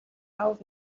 auf